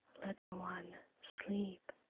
little one, sleep.